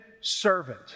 servant